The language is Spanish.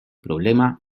problema